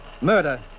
Murder